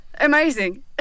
Amazing